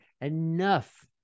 enough